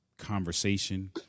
Conversation